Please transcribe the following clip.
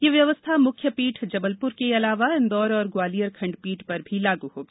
यह व्यवस्था मुख्य पीठ जबलपुर के अलावा इंदौर और ग्वालियर खंडपीठ पर भी लागू होगी